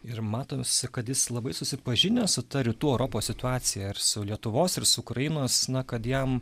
ir matosi kad jis labai susipažinęs su ta rytų europos situacija ir su lietuvos ir su ukrainos na kad jam